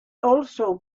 also